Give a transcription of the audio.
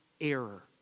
error